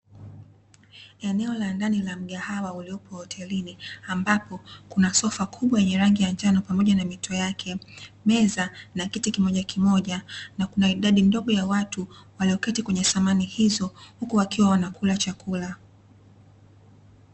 Eneo la ndani la mgahawa uliopo hotelini ambapo kuna sofa kubwa la rangi ya njano pamoja na mito yake, meza na kiti kimoja kimoja na kuna idadi ndogo ya watu walioketi kwenye samani hizo, huku wakiwa wanakula chakula.